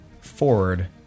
forward